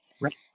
Right